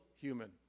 human